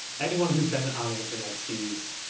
anyone who's been on the internet sees,